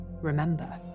remember